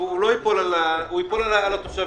ייפול על התושבים,